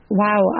wow